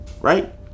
right